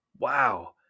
wow